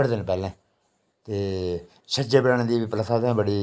बड़े दिन पैह्लें ते छज्जे बनाने दी प्रथा बी इत्थें बड़ी